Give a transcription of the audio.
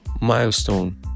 milestone